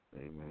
amen